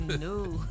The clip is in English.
No